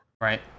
right